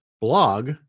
blog